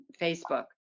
Facebook